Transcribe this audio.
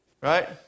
right